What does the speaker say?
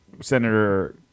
senator